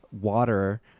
water